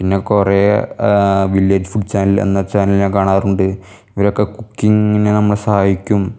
പിന്നെ കുറേ village food channel എന്ന ചാനൽ ഞാൻ കാണാറുണ്ട് ഇതൊക്കെ കുക്കിങ്ങിന് നമ്മെ സഹായിക്കും